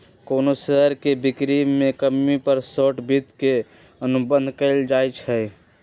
कोनो शेयर के बिक्री में कमी पर शॉर्ट वित्त के अनुबंध कएल जाई छई